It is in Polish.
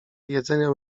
jedzeniem